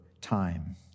time